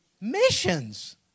Missions